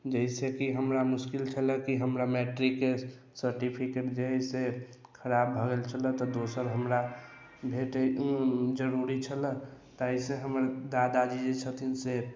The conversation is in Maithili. जाहिसे कि हमरा मुश्किल छलए कि हमरा मैट्रिकके सर्टिफिकेट जे हय से खराब भऽ गेल छलए तऽ दोसर हमरा भेटऽ जरुरी छलए ताहि से हमर दादाजी जे छथिन से